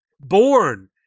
born